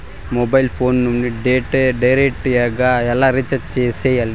mobile phone నుండి direct గా ఎలా రీచార్జి సేయాలి